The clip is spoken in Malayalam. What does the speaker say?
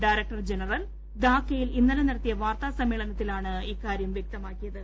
ഡയ്റ്റ്ടർ ജനറൽ പ്രാധാക്കെയിൽ ഇന്നലെ നടത്തിയ വാർത്താസമ്മേളനത്തിൽ ആണ് ഇക്കാര്യം വ്യക്തമാക്കിയത്